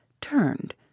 turned